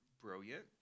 brilliant